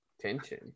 Tension